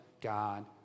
God